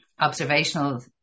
observational